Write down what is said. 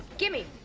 give me.